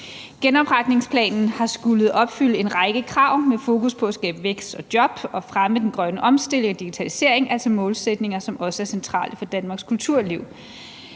Genopretningsplanen har skullet opfylde en række krav med fokus på at skabe vækst og job og fremme den grønne omstilling og digitalisering, altså målsætninger, som også er centrale for Danmarks kulturliv.